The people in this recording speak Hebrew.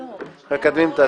נתקבלה.